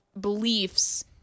beliefs